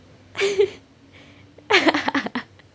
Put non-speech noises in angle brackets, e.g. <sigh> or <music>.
<laughs>